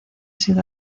sido